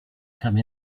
come